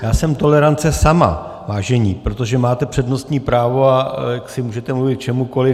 Já jsem tolerance sama, vážení, protože máte přednostní právo, a tak si můžete mluvit k čemukoliv.